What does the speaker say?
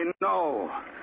No